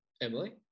Emily